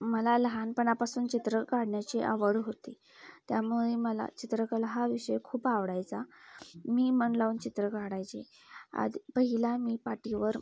मला लहानपणापासून चित्र काढण्याची आवड होती त्यामुळे मला चित्रकला हा विषय खूप आवडायचा मी मन लावून चित्र काढायचे आधी पहिला मी पाटीवर